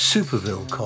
Superville